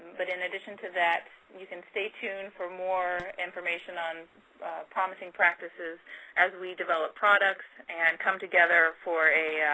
but in addition to that, you can stay tuned for more information on promising practices as we developed products and come together for a